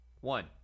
One